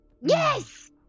Yes